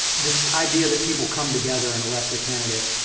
this idea that people come together and elect a candidate,